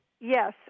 Yes